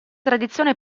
tradizione